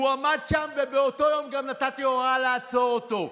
הוא עמד שם, ובאותו יום גם נתתי הוראה לעצור אותו.